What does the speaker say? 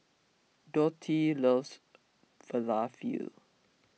Dottie loves Falafel